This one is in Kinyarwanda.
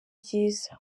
ryiza